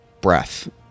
breath